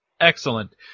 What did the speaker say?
Excellent